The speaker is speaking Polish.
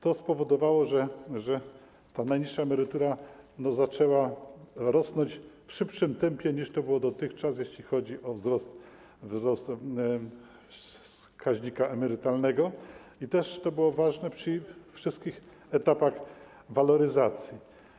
To spowodowało, że ta najniższa emerytura zaczęła rosnąć w szybszym tempie, niż to było dotychczas, jeśli chodzi o wzrost wskaźnika emerytalnego, i to było też ważne na wszystkich etapach waloryzacji.